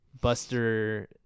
buster